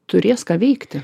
turės ką veikti